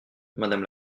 madame